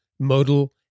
modal